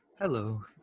hello